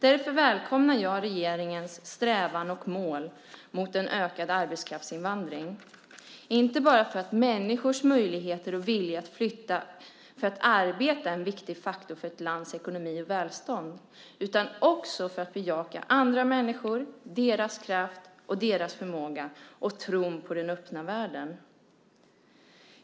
Därför välkomnar jag regeringens mål och strävan mot en ökad arbetskraftsinvandring, inte bara för att människors möjligheter och vilja att flytta för att arbeta är en viktig faktor för ett lands ekonomi och välstånd utan också för att bejaka andra människor och deras kraft och förmåga samt tron på den öppna världen.